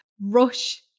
rush